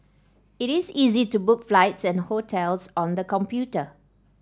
it is easy to book flights and hotels on the computer